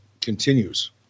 continues